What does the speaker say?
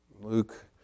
Luke